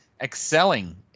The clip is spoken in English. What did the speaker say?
excelling